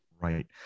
right